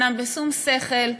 אומנם בשום שכל,